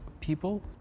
people